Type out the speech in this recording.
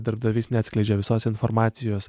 darbdavys neatskleidžia visos informacijos